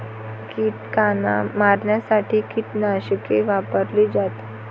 कीटकांना मारण्यासाठी कीटकनाशके वापरली जातात